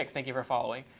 like thank you for following.